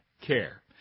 care